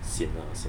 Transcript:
sian ah sian